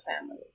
family